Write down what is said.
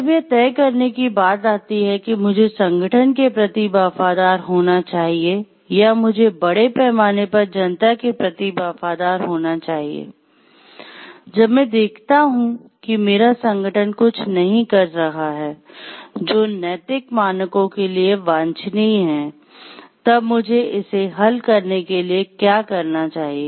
जब यह तय करने की बात आती है कि मुझे संगठन के प्रति वफादार होना चाहिए या मुझे बड़े पैमाने पर जनता के प्रति वफादार होना चाहिए जब मैं देखता हूं कि मेरा संगठन कुछ नहीं कर रहा है जो नैतिक मानकों के लिए वांछनीय है तब मुझे इसे हल करने के लिए क्या करना चाहिए